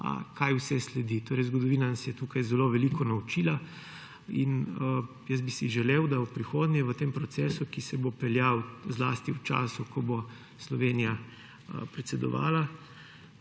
na rob. Zgodovina nas je tukaj zelo veliko naučila in jaz bi si želel, da v prihodnje v tem procesu, ki se bo peljal zlasti v času, ko bo Slovenija predsedovala,